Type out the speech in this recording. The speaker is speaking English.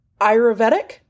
Ayurvedic